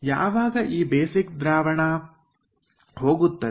ಯಾವಾಗ ಈ ಬೇಸಿಕ್ ದ್ರಾವಣ ಹೋಗುತ್ತದೆ